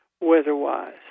weather-wise